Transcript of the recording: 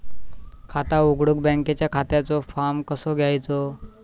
खाता उघडुक बँकेच्या खात्याचो फार्म कसो घ्यायचो?